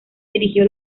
dirigió